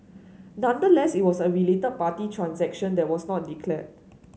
nonetheless it was a related party transaction that was not declared